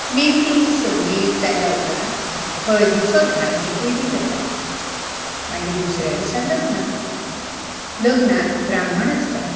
मेहेन्दी संगीत जाल्या उपरांत हळदीचो धार्मिक विधी जाता मागीर दुसऱ्या दिसा लग्न लग्नांत ब्राह्मण आसता